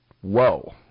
Whoa